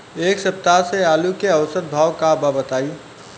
एक सप्ताह से आलू के औसत भाव का बा बताई?